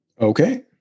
Okay